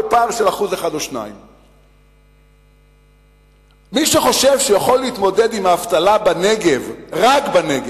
בפער של 1% או 2%. מי שחושב שהוא יכול להתמודד עם האבטלה בנגב רק בנגב,